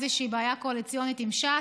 הייתה איזושהי בעיה קואליציונית עם ש"ס,